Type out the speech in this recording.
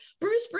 Bruce